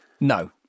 No